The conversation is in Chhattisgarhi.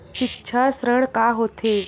सिक्छा ऋण का होथे?